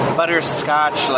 butterscotch